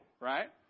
right